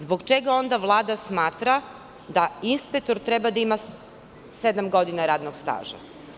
Zbog čega onda Vlada smatra da inspektor treba da ima sedam godina radnog staža?